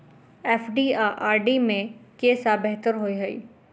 FD आ RD मे केँ सा बेहतर होइ है?